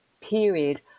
period